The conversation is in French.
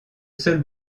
seul